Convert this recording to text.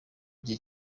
gihe